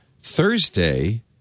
Thursday